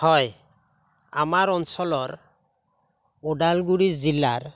হয় আমাৰ অঞ্চলৰ ওদালগুৰি জিলাৰ